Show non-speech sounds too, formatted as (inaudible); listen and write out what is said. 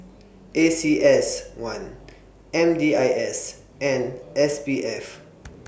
A C S one M D I S and S P F (noise)